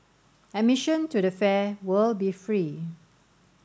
admission to the fair will be free